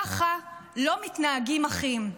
ככה לא מתנהגים אחים.